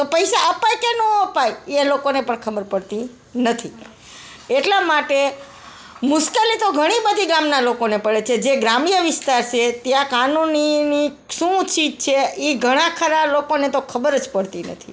પૈસા અપાય કે ન અપાય એ એ લોકોને પણ ખબર પડતી નથી એટલા માટે મુશ્કેલી તો ઘણી બધી ગામના લોકોને પડે છે જે ગ્રામ્ય વિસ્તાર છે ત્યાં કાનૂનીની શું ચીજ છે એ ઘણાં ખરાં લોકોને તો ખબર જ પડતી નથી